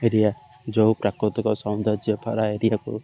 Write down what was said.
area ଯେଉଁ ପ୍ରାକୃତିକ ସୌନ୍ଦର୍ଯ୍ୟଭରା ଏରିଆକୁ